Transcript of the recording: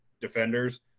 defenders